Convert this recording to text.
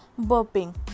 burping